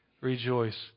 rejoice